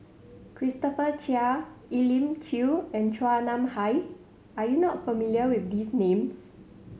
Christopher Chia Elim Chew and Chua Nam Hai are you not familiar with these names